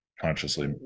consciously